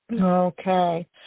Okay